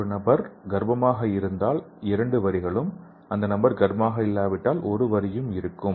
ஒருநபர் கர்ப்பமாக இருந்தால் இரண்டு வரிகளும் அந்த நபர் கர்ப்பமாக இல்லாவிட்டால் ஒரு வரி மட்டும் இருக்கும்